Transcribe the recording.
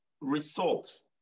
results